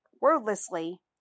Wordlessly